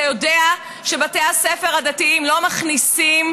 אתה יודע שבתי הספר הדתיים לא מכניסים